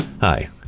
Hi